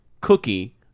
cookie